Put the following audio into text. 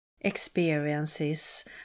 experiences